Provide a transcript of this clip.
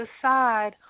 aside